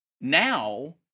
now